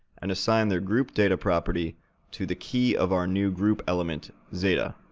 and assign their group data property to the key of our new group element, zeta.